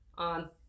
On